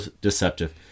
deceptive